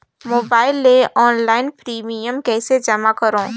Mobile ले online premium कइसे जमा करों?